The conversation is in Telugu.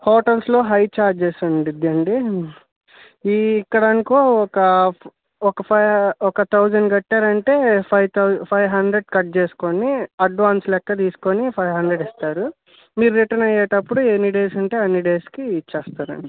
హోటల్స్లో హై చార్జెస్ ఉండిద్దండి ఇక్కడ అనుకో ఒక ఫైవ్ ఒక తౌసండ్ కట్టారంటే five thou five hundred cut చేసుకొని అడ్వాన్సు లెక్క తీసుకొని ఫైవ్ హండ్రెడ్ ఇస్తారు మీరు రిటర్న్ అయ్యేటప్పుడు ఎన్ని డేస్ అంటే అన్ని డేస్కి ఇచ్చేస్తారండి